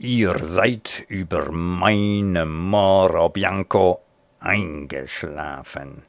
ihr seid über meine moro bianco eingeschlafen